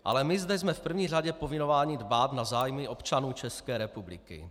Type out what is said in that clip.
Ale my zde jsme v první řadě povinováni dbát na zájmy občanů České republiky.